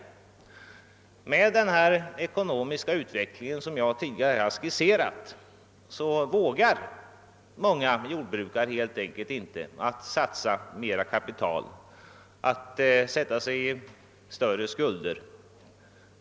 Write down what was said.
Med hänsyn till den ekonomiska utveckling som jag skisserat vågar många jordbrukare helt enkelt inte satsa mer kapital på sitt jordbruk och sätta sig i större skuld.